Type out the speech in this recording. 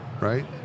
right